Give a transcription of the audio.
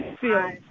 feel